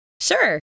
sure